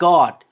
God